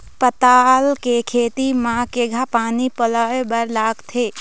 पताल के खेती म केघा पानी पलोए बर लागथे?